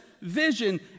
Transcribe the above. vision